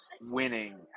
winning